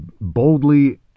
boldly